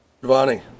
Giovanni